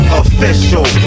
official